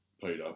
Peter